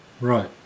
right